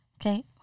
Okay